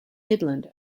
midland